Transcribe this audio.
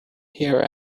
here